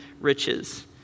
riches